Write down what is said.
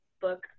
book